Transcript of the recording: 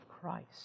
Christ